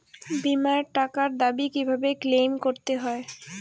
বিমার টাকার দাবি কিভাবে ক্লেইম করতে হয়?